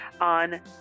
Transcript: on